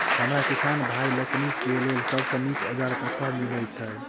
हमरा किसान भाई लोकनि केँ लेल सबसँ नीक औजार कतह मिलै छै?